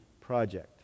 Project